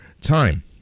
time